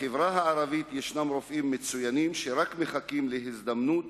בחברה הערבית יש רופאים מצוינים שרק מחכים להזדמנות